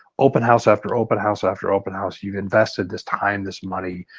open house after open house after open house. you've invested this time, this money.